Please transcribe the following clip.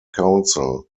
council